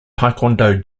taekwondo